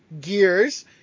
gears